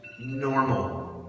normal